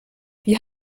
wie